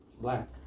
black